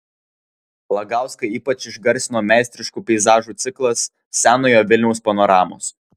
lagauską ypač išgarsino meistriškų peizažų ciklas senojo vilniaus panoramos